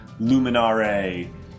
Luminare